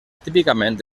típicament